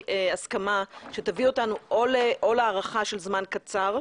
הסכמה שתביא אותנו או להארכה של זמן קצר,